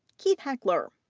keith heckler,